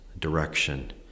direction